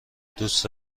دوست